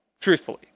Truthfully